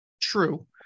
True